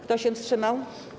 Kto się wstrzymał?